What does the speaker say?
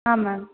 ಹಾಂ ಮ್ಯಾಮ್